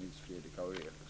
Nils Fredrik